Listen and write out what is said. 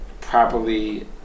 properly